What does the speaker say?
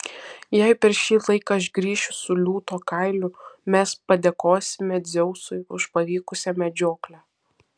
jei per šį laiką aš grįšiu su liūto kailiu mes padėkosime dzeusui už pavykusią medžioklę